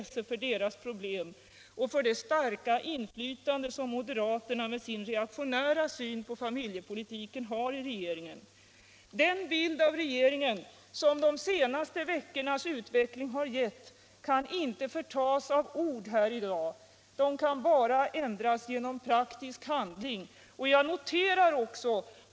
Det finns vidare många kommuner som vi redan i dag tyvärr kan säga kommer att få mycket svårt att fylla sin del av utbyggnadsprogrammet, genom att man gör så litet nu, om det inte redan den här våren sker en dramatisk omläggning av planeringen.